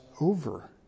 over